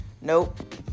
Nope